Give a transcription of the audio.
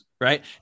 Right